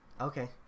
Okay